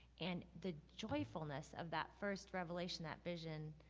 and the joyfulness of that first revelation, that vision,